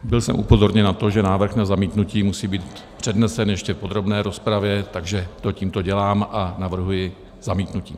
Byl jsem upozorněn na to, že návrh na zamítnutí musí být přednesen ještě v podrobné rozpravě, takže to tímto dělám a navrhuji zamítnutí.